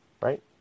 right